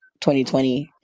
2020